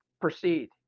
Proceed